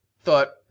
thought